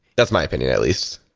that's my opinion at least.